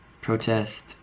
Protest